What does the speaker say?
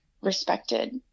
respected